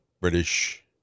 British